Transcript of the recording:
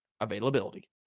availability